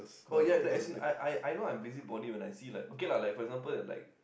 oh ya ya as in I I know I am busybody when I see like okay lah like for example like